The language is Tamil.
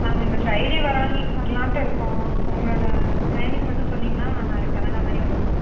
நாங்கள் இந்த ஃப்ரைடே வரோம் வர்லாம்ட்டு இருக்கோம் உங்களோடய டைமிங் மட்டும் சொன்னீங்கனா நாங்கள் அதுக்கு தகுந்தமாதிரி வருவோம்